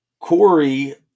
Corey